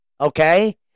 Okay